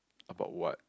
about what